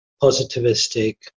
positivistic